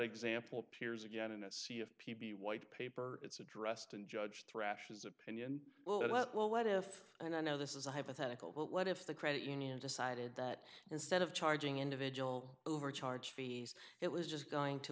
example appears again in a sea of p p white paper it's addressed in judge thrashes opinion well what if i know this is a hypothetical but what if the credit union decided that instead of charging individual overcharge fees it was just going to